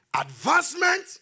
Advancement